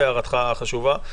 הערתך חשובה,